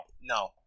No